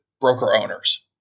broker-owners